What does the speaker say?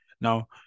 Now